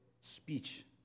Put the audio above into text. Speech